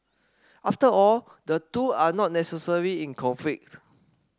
after all the two are not necessarily in conflict